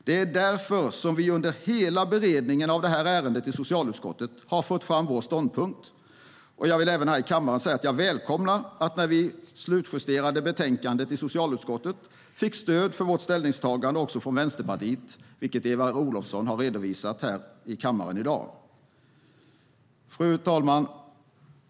Det är därför som vi under hela beredningen av det här ärendet i socialutskottet har fört fram vår ståndpunkt. Jag vill även här i kammaren säga att jag välkomnar att vi när vi slutjusterade betänkandet i socialutskottet fick stöd för vårt ställningstagande också från Vänsterpartiet, vilket Eva Olofsson har redovisat här i kammaren i dag.